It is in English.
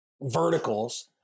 verticals